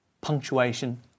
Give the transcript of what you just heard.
punctuation